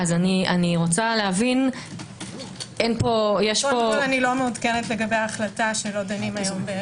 אני לא מעודכנת לגבי ההחלטה שלא דנים היום.